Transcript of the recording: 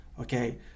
okay